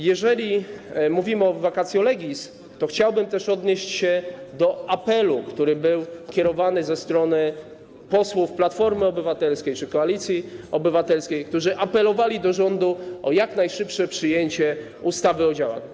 Jeżeli mówimy o vacatio legis, to chciałbym też odnieść się do apelu, który był kierowany ze strony posłów Platformy Obywatelskiej czy Koalicji Obywatelskiej, którzy apelowali do rządu o jak najszybsze przyjęcie ustawy o działach.